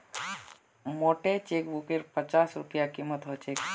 मोटे चेकबुकेर पच्चास रूपए कीमत ह छेक